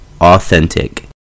authentic